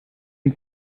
und